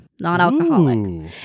non-alcoholic